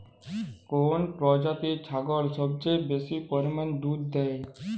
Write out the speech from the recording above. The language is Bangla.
কোন প্রজাতির ছাগল সবচেয়ে বেশি পরিমাণ দুধ দেয়?